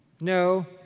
No